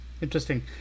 interesting